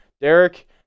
Derek